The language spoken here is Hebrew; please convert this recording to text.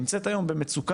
שנמצאת היום במצוקה,